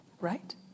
Right